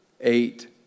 eight